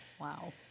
Wow